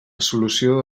solució